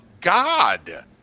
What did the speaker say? God